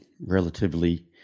relatively